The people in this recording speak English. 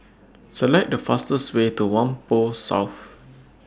Select The fastest Way to Whampoa South